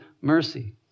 mercy